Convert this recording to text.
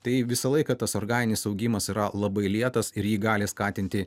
tai visą laiką tas organinis augimas yra labai lėtas ir jį gali skatinti